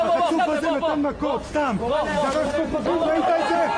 נתחיל לשמוע נהלים.